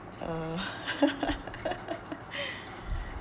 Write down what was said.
uh